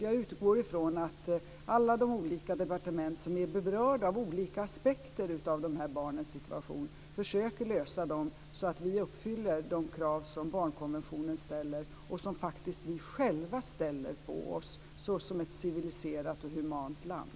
Jag utgår från att alla de departement som är berörda av olika aspekter av de här barnens situation försöker lösa dem, så att vi uppfyller de krav som barnkonventionen ställer och som vi själva faktiskt ställer på oss såsom ett civiliserat och humant land.